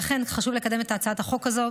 לכן חשוב לקדם את הצעת החוק הזאת,